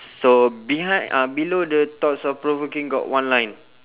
so behind um below the thoughts of provoking got one line